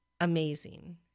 amazing